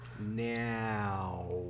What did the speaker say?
Now